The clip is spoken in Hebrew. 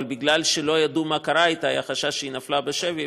אבל בגלל שלא ידעו מה קרה אתה והיה חשש שהיא נפלה בשבי,